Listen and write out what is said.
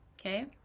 okay